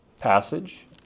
passage